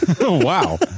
wow